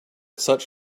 such